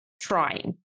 trying